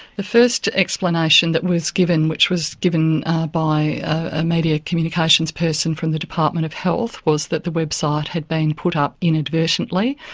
the first explanation that was given, which was given by a media communications person from the department of health, was that the website had been put up inadvertently.